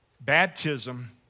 Baptism